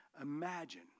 imagine